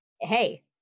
hey